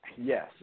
Yes